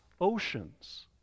oceans